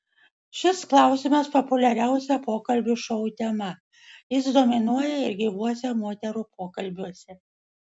šis klausimas populiariausia pokalbių šou tema jis dominuoja ir gyvuose moterų pokalbiuose